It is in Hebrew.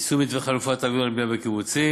יישום מתווה חלופת האגודה לבנייה בקיבוצים: